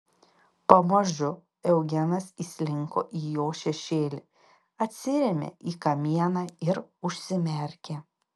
pamažu eugenas įslinko į jo šešėlį atsirėmė į kamieną ir užsimerkė